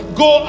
go